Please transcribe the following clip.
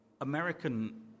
American